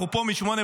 אנחנו פה מ-08:00,